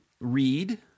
read